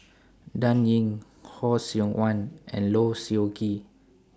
Dan Ying Khoo Seok Wan and Low Siew Nghee